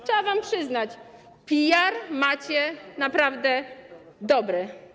Trzeba wam przyznać: PR macie naprawdę dobry.